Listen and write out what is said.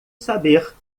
saber